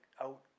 out